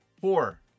Four